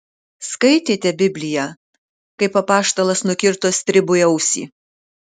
skaitėte bibliją kaip apaštalas nukirto stribui ausį